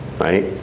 right